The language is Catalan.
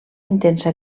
intensa